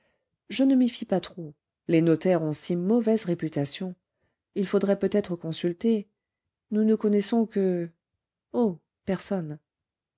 je ne m'y fie pas trop les notaires ont si mauvaise réputation il faudrait peut-être consulter nous ne connaissons que oh personne